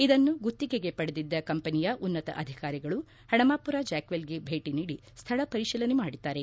ಇದನ್ನು ಗುತ್ತಿಗೆಗೆ ಪಡೆದಿದ್ದ ಕಂಪೆನಿಯ ಉನ್ನತ ಅಧಿಕಾರಿಗಳು ಪಣಮಾಪುರ ಜಾಕ್ವೆಲ್ಗೆ ಭೇಟ ನೀಡಿ ಸ್ವಳ ಪರಿಶೀಲನೆ ಮಾಡಿದ್ದಾರೆ